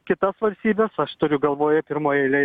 kitas valstybes aš turiu galvoje pirmoj eilėj